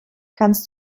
kannst